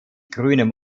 grünem